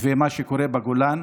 ומה שקורה בגולן,